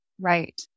Right